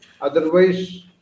otherwise